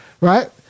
right